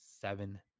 seven